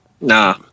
nah